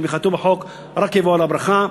בתמיכתו בחוק רק תבוא עליו ברכה.